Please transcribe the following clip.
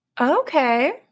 Okay